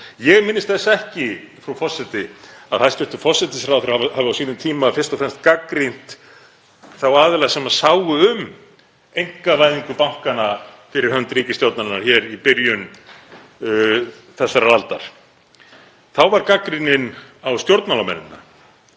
Ég minnist þess ekki, frú forseti, að hæstv. forsætisráðherra hafi á sínum tíma fyrst og fremst gagnrýnt þá aðila sem sáu um einkavæðingu bankanna fyrir hönd ríkisstjórnarinnar í byrjun þessarar aldar. Þá var gagnrýnin á stjórnmálamennina,